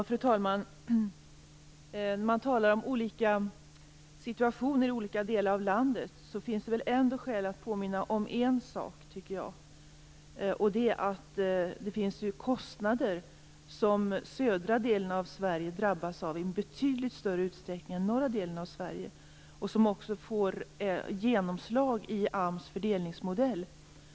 Fru talman! När man talar om olika situationer i olika delar av landet tycker jag att det ändå finns skäl att påminna om en sak, nämligen att det finns kostnader som södra delen av Sverige drabbas av i betydligt större utsträckning än norra delen av Sverige och som också får genomslag i AMS fördelningsmodell.